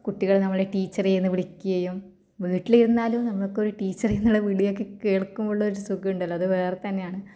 കുട്ടികൾ നമ്മളെ ടീച്ചറേ എന്ന് വിളിക്കുകയും വീട്ടിലിരുന്നാലും നമുക്കൊരു ടീച്ചറേ എന്നുള്ള വിളിയൊക്കെ കേൾക്കുമ്പോളുള്ള ഒരു സുഖം ഉണ്ടല്ലോ അത് വേറെ തന്നെയാണ്